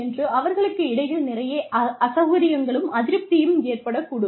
என்று அவர்களுக்கு இடையில் நிறைய அசௌகரியங்களும் அதிருப்தியும் ஏற்படக்கூடும்